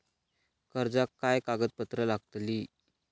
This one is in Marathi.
कर्जाक काय कागदपत्र लागतली?